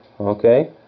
okay